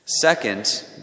Second